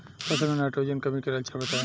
फसल में नाइट्रोजन कमी के लक्षण बताइ?